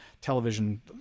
television